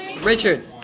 Richard